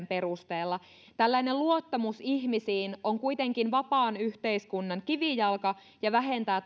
perusteella tällainen luottamus ihmisiin on kuitenkin vapaan yhteiskunnan kivijalka ja vähentää